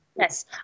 Yes